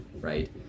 right